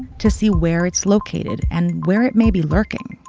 to see where it's located and where it may be lurking.